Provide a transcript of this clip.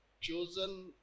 chosen